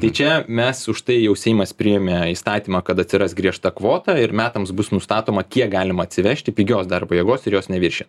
tai čia mes už tai jau seimas priėmė įstatymą kad atsiras griežta kvota ir metams bus nustatoma kiek galima atsivežti pigios darbo jėgos ir jos neviršija